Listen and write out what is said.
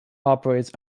operates